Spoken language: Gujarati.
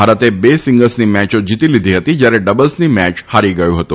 ભારતે બે સીંગલ્સની મેચો જીતી લીધી હતી જ્યારે ડબલ્સની મેચ હારી ગયું હતું